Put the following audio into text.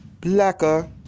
Blacker